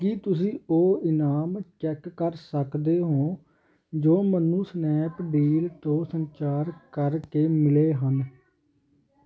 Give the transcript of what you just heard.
ਕੀ ਤੁਸੀਂਂ ਉਹ ਇਨਾਮ ਚੈੱਕ ਕਰ ਸਕਦੇ ਹੋ ਜੋ ਮੈਨੂੰ ਸਨੈਪਡੀਲ ਤੋਂ ਸੰਚਾਰ ਕਰਕੇ ਮਿਲੇ ਹਨ